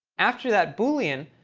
after that boolean,